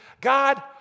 God